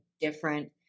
different